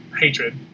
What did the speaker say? Hatred